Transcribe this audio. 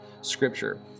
Scripture